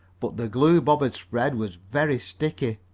but the glue bob had spread was very sticky.